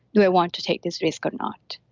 do i want to take this risk or not?